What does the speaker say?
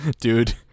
Dude